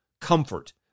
comfort